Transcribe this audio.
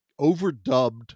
overdubbed